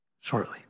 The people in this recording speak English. Shortly